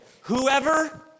Whoever